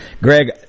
Greg